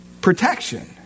protection